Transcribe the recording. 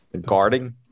guarding